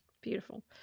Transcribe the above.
beautiful